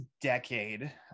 decade